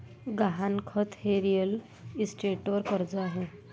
गहाणखत हे रिअल इस्टेटवर कर्ज आहे